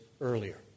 earlier